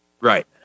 Right